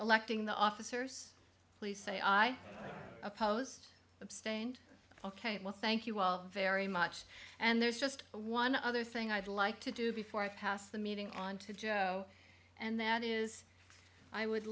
electing the officers please say i opposed abstained ok well thank you all very much and there's just one other thing i'd like to do before i pass the meeting on to joe and that is i would